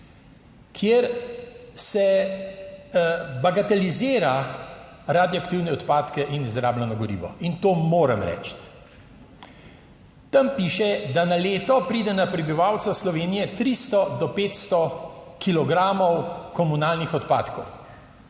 Kjer se bagatelizira radioaktivne odpadke in izrabljeno gorivo in to moram reči. Tam piše, da na leto pride na prebivalca Slovenije 300 do 500 kilogramov komunalnih odpadkov.